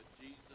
Jesus